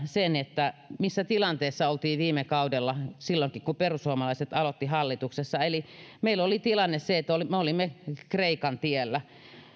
sen missä tilanteessa oltiin viime kaudella silloinkin kun perussuomalaiset aloittivat hallituksessa eli meillä oli tilanne se että me olimme kreikan tiellä